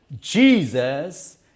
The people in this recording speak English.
Jesus